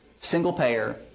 single-payer